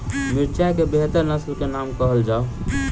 मिर्चाई केँ बेहतर नस्ल केँ नाम कहल जाउ?